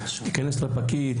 להיכנס לפקיד,